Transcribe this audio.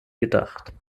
gedacht